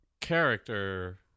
character